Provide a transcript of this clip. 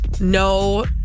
no